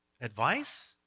advice